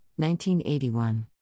1981